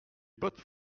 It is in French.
bottes